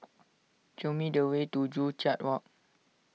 show me the way to Joo Chiat Walk